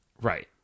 Right